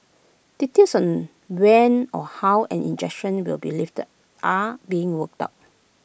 details on when or how an injunction will be lifted are being worked out